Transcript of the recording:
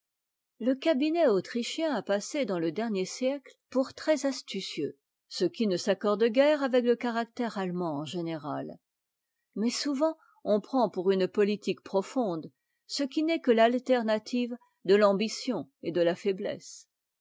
le cabinet autrichien a passé dans te dernier siècle pour trèsastucieux ce qui ne s'accorde guère avec le caractère attemand eh général mais souvent on prend pour une potttique profonde ce qui n'est que t'alternative de l'ambition et de la faiblesse